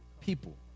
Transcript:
people